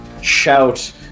shout